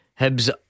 Hibs